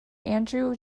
andrew